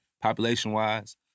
population-wise